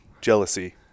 jealousy